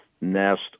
Nest